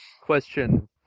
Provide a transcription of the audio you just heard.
Question